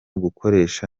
gukoresha